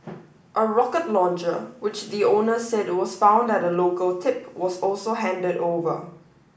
a rocket launcher which the owner said was found at a local tip was also handed over